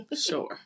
Sure